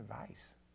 advice